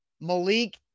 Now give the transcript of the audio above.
Malik